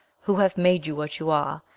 who hath made you what you are,